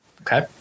Okay